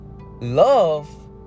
love